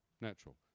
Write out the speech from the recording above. natural